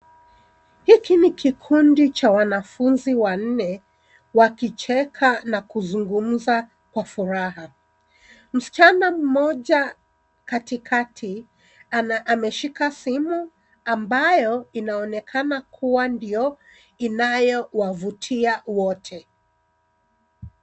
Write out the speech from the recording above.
Hiki ni kikundi cha wanafunzi wanne wakicheka na kuzungumza kwa furaha. Msichana mmoja katikati ameshika simu ambayo inaonekana kuwa ndio inayowavutia wote.